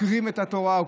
שעוקרים את התורה,